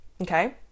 Okay